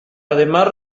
además